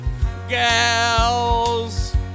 gals